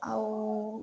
ଆଉ